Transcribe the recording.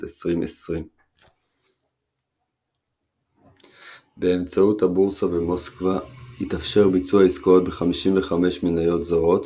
2020. באמצעות הבורסה במוסקבה התאפשר ביצוע עסקאות ב-55 מניות זרות,